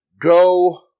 go